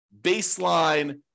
baseline